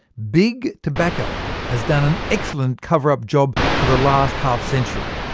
big tobacco has done an excellent cover-up job for the last half century.